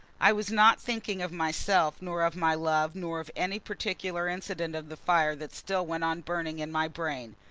i was not thinking of myself, nor of my love, nor of any particular incident of the fire that still went on burning in my brain.